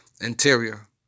Interior